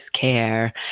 care